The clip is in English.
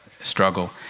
struggle